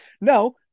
no